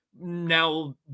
Now